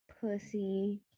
Pussy